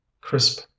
crisp